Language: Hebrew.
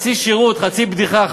חצי שירות חצי בדיחה.